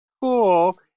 cool